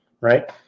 right